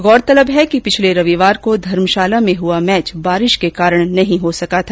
गौरतलब है कि पिछले रविवार को धर्मशाला में हुआ मैच बारिश के कारण नहीं हो सका था